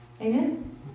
Amen